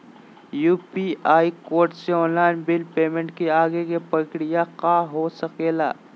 UPI code से online bill payment के आगे के प्रक्रिया का हो सके ला?